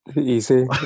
Easy